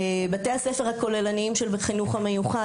בתי הספר הכוללניים של בית החינוך המיוחד,